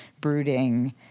brooding